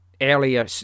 earlier